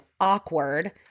awkward